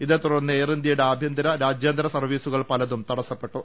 ഇതേ തുടർന്ന് എയർ ഇന്ത്യയുടെ ആഭ്യന്തര രാജ്യാന്തര സർവീസു കൾ പലതും തടസ്സപ്പെട്ടു